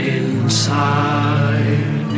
inside